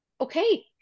Okay